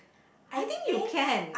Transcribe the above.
I think you can